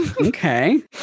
okay